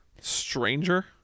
Stranger